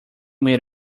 made